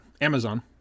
Amazon